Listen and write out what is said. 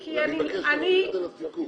אני מבקש להכניס את זה לסיכום.